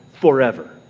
forever